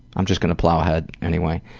i'm just going to plough ahead anyway.